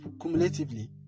cumulatively